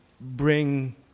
bring